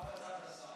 מה המלצת השר?